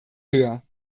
höher